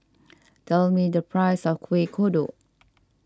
tell me the price of Kuih Kodok